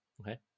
okay